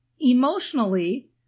emotionally